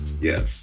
Yes